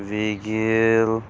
ਵੀਗੇਲ